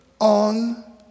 on